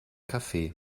café